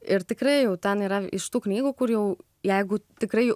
ir tikrai jau ten yra iš tų knygų kur jau jeigu tikrai